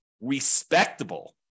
respectable